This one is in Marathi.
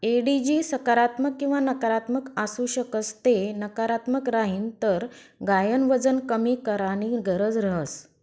एडिजी सकारात्मक किंवा नकारात्मक आसू शकस ते नकारात्मक राहीन तर गायन वजन कमी कराणी गरज रहस